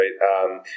right